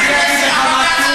פולקמן, בוא אגיד לך משהו.